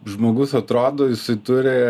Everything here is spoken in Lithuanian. žmogus atrodo jisai turi